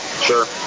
Sure